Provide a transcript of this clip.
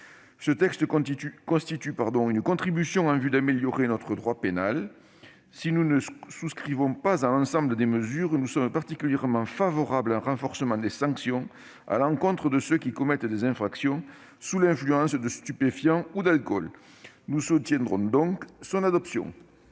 ce texte contribue à l'amélioration de notre droit pénal. Si nous ne souscrivons pas à l'ensemble de ses mesures, nous sommes particulièrement favorables à un renforcement des sanctions à l'encontre de ceux qui commettent des infractions sous l'influence de stupéfiants ou d'alcool. Nous soutiendrons donc l'adoption